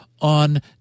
on